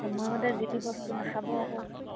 সময়মতে যি টি বস্তু নাখাব আকৌ